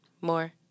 more